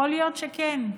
יכול להיות שכן.